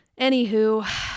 Anywho